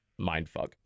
mindfuck